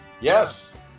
Yes